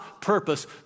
purpose